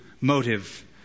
motive